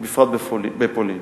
ובפרט בפולין.